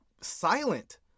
silent